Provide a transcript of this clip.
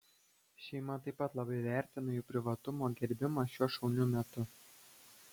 šeima taip pat labai vertina jų privatumo gerbimą šiuo šauniu metu